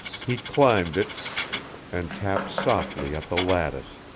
he climbed it and tapped softly at the lattice